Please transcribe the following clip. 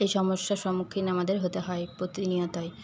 এই সমস্যার সম্মুখীন আমাদের হতে হয় প্রতিনিয়তই